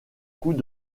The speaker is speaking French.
coûts